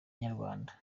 nyarwanda